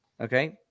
Okay